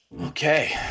Okay